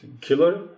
killer